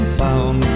found